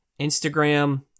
Instagram